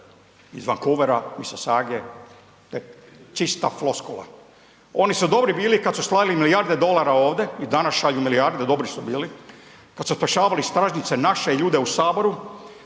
iz Vancouvera i sa Sage, to je čista floskula. Oni su dobri bili kad su slali milijarde dolara ovde i danas šalju milijarde, dobri su bili. Kad su spašavali stražnjice naše ljude u saboru,